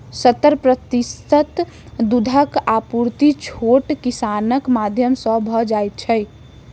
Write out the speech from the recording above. सत्तर प्रतिशत दूधक आपूर्ति छोट किसानक माध्यम सॅ भ जाइत छै